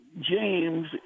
james